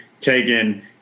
taken